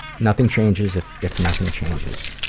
nothing changes if if nothing changes,